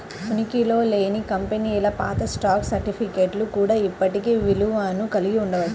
ఉనికిలో లేని కంపెనీల పాత స్టాక్ సర్టిఫికేట్లు కూడా ఇప్పటికీ విలువను కలిగి ఉండవచ్చు